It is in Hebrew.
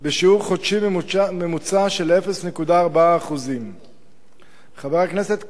בשיעור חודשי ממוצע של 0.4%. חבר הכנסת כבל,